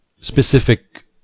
specific